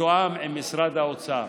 שתתואם עם משרד האוצר.